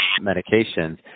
medications